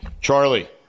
charlie